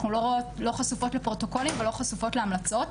אנחנו לא חשופות לפרוטוקולים ולא חשופות להמלצות,